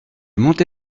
monte